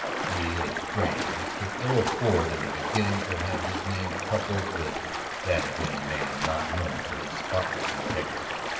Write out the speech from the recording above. he, a stranger, could ill afford in the beginning to have his name coupled with that of any man not known for his spotless integrity.